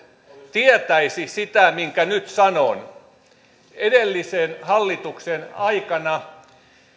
tietäisi sitä minkä nyt sanon edellisen hallituksen aikana